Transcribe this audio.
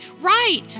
right